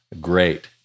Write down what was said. great